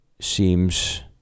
seems